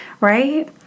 right